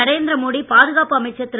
நரேந்திர மோடி பாதுகாப்பு அமைச்சர் திரு